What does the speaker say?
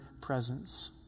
presence